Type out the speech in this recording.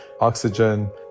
oxygen